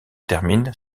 termine